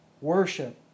worship